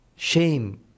Shame